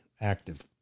active